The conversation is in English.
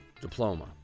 diploma